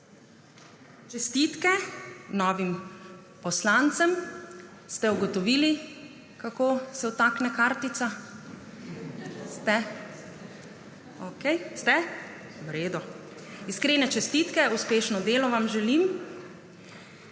Čestitke novim poslancem. Ste ugotovili, kako se vstavi kartica? Ste? Okej. Iskrene čestitke. Uspešno delo vam želim!